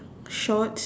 shorts